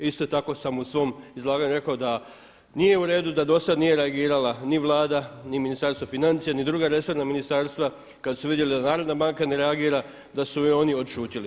Isto tako sam u svom izlaganju rekao da nije u redu da dosad nije reagirala ni Vlada ni Ministarstvo financija ni druga resorna ministarstva kad su vidjeli da Narodna banka ne reagira da su i oni odšutjeli.